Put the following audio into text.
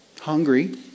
hungry